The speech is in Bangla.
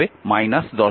এটি বোধগম্য